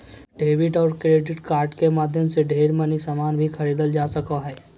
debit और credit card के माध्यम से ढेर मनी सामान भी खरीदल जा सको हय